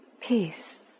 peace